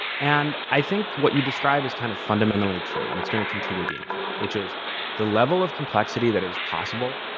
and i think what you describe is kind of fundamentally true and it's going to continue being true, which is the level of complexity that is possible,